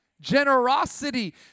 Generosity